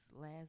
last